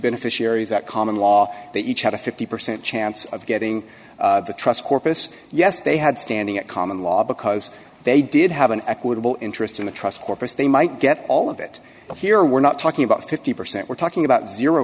beneficiaries at common law they each had a fifty percent chance of getting the trust corpus yes they had standing at common law because they did have an equitable interest in the trust corpus they might get all of it but here we're not talking about fifty percent we're talking about